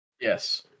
yes